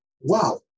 wow